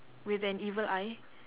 with an evil eye